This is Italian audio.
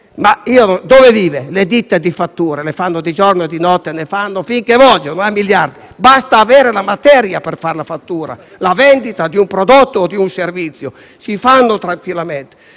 Ma dove vive? Le ditte di fatture ne fanno di giorno e di notte, finché vogliono, a miliardi; basta avere la materia per fare una fattura, ossia la vendita di un prodotto o di un servizio. Si fanno tranquillamente.